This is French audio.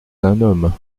homme